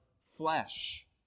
flesh